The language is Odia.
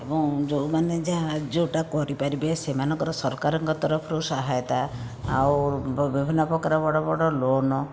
ଏବଂ ଯେଉଁମାନେ ଯାହା ଯେଉଁଟା କରିପାରିବେ ସେମାନଙ୍କର ସରକାରଙ୍କ ତରଫରୁ ସହାୟତା ଆଉ ବିଭିନ୍ନ ପ୍ରକାର ବଡ଼ ବଡ଼ ଲୋନ